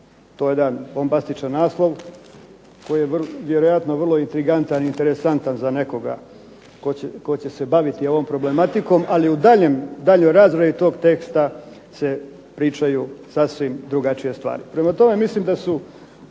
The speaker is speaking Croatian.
To je jedan bombastičan naslov koji je vjerojatno vrlo intrigantan i interesantan za nekoga tko će se baviti ovom problematikom. Ali u daljnjoj razradi tog teksta se pričaju sasvim drugačije stvari. Prema tome, mislim da su